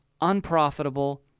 unprofitable